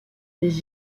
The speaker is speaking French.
des